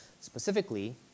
specifically